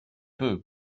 peu